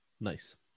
Nice